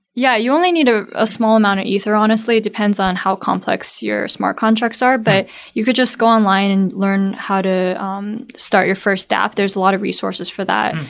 yeah you only need ah a small amount of ether honestly. it depends on how complex your smart contracts are, but you could just go online and learn how to um start your first app. there's a lot of resources for that.